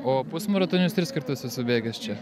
o pusmaratonius tris kartus esu bėgęs čia